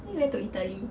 then we went to italy